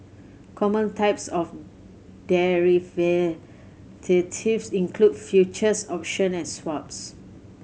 common types of include futures option and swaps